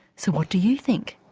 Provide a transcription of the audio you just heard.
so what do you think?